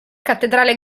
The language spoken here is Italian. cattedrale